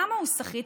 למה הוא סחיט?